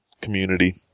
community